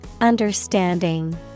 Understanding